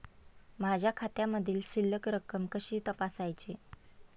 माझ्या खात्यामधील शिल्लक रक्कम कशी तपासायची?